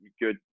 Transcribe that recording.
good